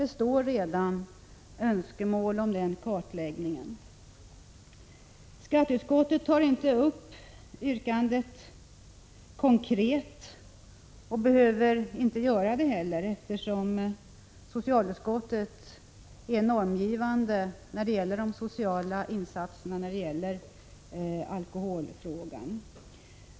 Det står redan uttryckt önskemål om den kartläggningen. Skatteutskottet tar inte upp yrkandet konkret — det behöver utskottet inte heller göra, eftersom socialutskottet är normgivande i fråga om de sociala insatserna när det gäller alkoholmissbruk.